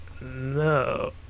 No